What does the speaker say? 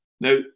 Now